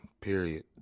period